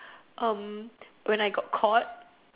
um when I got caught